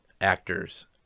actors